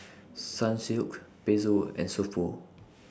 Sunsilk Pezzo and So Pho